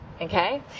Okay